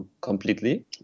completely